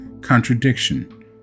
contradiction